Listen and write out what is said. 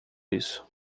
isso